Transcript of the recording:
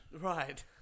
Right